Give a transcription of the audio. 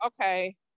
okay